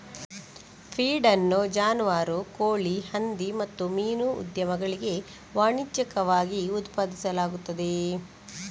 feed ಅನ್ನು ಜಾನುವಾರು, ಕೋಳಿ, ಹಂದಿ ಮತ್ತು ಮೀನು ಉದ್ಯಮಗಳಿಗೆ ವಾಣಿಜ್ಯಿಕವಾಗಿ ಉತ್ಪಾದಿಸಲಾಗುತ್ತದೆ